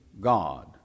God